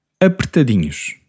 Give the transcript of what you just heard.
apertadinhos